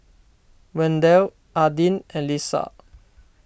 Wendel Adin and Leesa